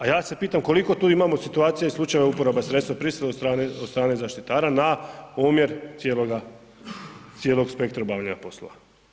A ja se pitam, koliko tu imamo situacija i slučajeva uporabe sredstva prisolile od strane zaštita na omjer cijeloga spektra obavljanja poslova.